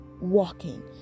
walking